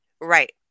Right